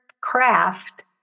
craft